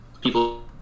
people